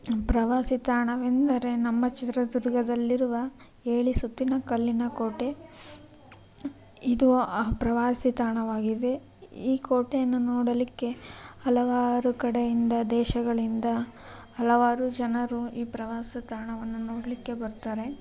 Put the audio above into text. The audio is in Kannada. ಪ್ರವಾಸಿ ತಾಣವೆಂದರೆ ನಮ್ಮ ಚಿತ್ರದುರ್ಗದಲ್ಲಿರುವ ಏಳು ಸುತ್ತಿನ ಕಲ್ಲಿನ ಕೋಟೆ ಇದು ಪ್ರವಾಸಿ ತಾಣವಾಗಿದೆ ಈ ಕೋಟೆಯನ್ನು ನೋಡಲಿಕ್ಕೆ ಹಲವಾರು ಕಡೆಯಿಂದ ದೇಶಗಳಿಂದ ಹಲವಾರು ಜನರು ಈ ಪ್ರವಾಸ ತಾಣವನ್ನು ನೋಡ್ಲಿಕ್ಕೆ ಬರ್ತಾರೆ